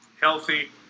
Healthy